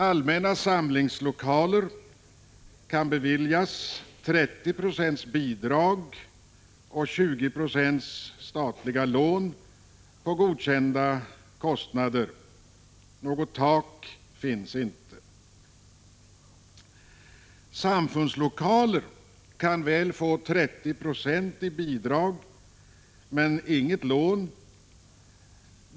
Allmänna samlingslokaler kan beviljas 30 26 bidrag och 20 6 statliga lån när det gäller godkända kostnader. Något tak finns inte. Gäller det samfundslokaler kan man få 30 26 i bidrag men inget lån.